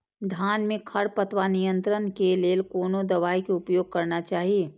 धान में खरपतवार नियंत्रण के लेल कोनो दवाई के उपयोग करना चाही?